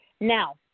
Now